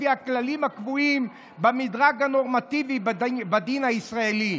לפי הכללים הקבועים במדרג הנורמטיבי בדין הישראלי.